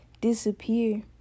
disappear